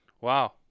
Wow